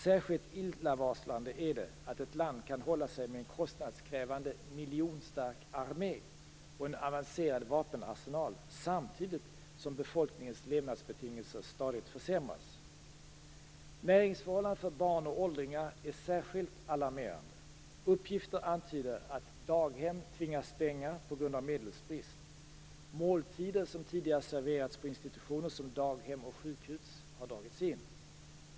Särskilt illavarslande är det att ett land kan hålla sig med en kostnadskrävande miljonstark armé och en avancerad vapenarsenal samtidigt som befolkningens levnadsbetingelser stadigt försämras. Näringsförhållandena för barn och åldringar är särskilt alarmerande. Uppgifter antyder att daghem tvingas stänga på grund av medelsbrist. Måltider som tidigare serverats på institutioner som daghem och sjukhus har dragits in.